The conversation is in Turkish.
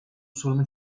sorunu